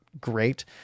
great